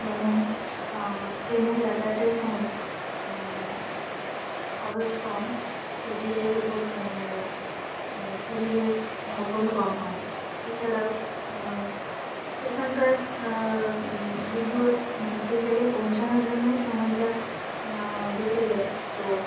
যেমন ট্রেনে যাতায়াতের সময় খরচ কম শরীরের উপর শরীরের ধকল কম হয় এছাড়াও সেখানকার দূ দূরে মানে সেই জায়গায় পৌঁছানোর জন্য সময়টা বেঁচে যায় তো